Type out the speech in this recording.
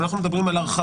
אם אנחנו מדברים על הרחבה,